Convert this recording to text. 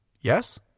Yes